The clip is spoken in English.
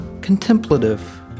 Contemplative